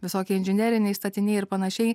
visokie inžineriniai statiniai ir panašiai